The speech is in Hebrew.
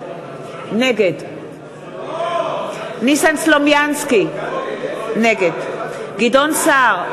נגד ניסן סלומינסקי, נגד גדעון סער,